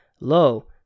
Lo